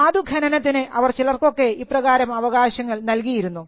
ധാതു ഖനനത്തിന് അവർ ചിലർക്കൊക്കെ ഇപ്രകാരം അവകാശങ്ങൾ നൽകിയിരുന്നു